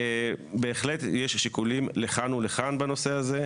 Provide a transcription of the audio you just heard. בהחלט יש שיקולים לכאן ולכאן בנושא הזה,